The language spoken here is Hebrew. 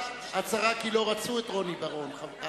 כי לא רצו את רוני בר-און.